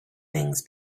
things